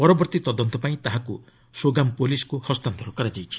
ପରବର୍ତ୍ତୀ ତଦନ୍ତ ପାଇଁ ତାହାକୁ ସୋଗାମ୍ ପୁଲିସକୁ ହସ୍ତାନ୍ତର କରାଯାଇଛି